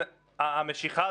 עם כל הסכנות,